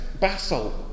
basalt